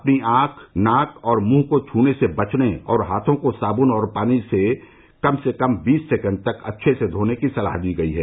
अपनी आंख नाक और मुंह को छूने से बचने और अपने हाथों को साबुन और पानी से कम से कम बीस सेकेण्ड तक अच्छे से धोने की भी सलाह दी गई है